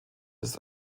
ist